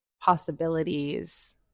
possibilities